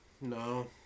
No